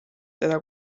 teda